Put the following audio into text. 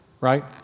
Right